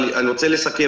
אבל אני רוצה לסכם,